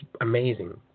amazing